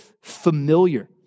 familiar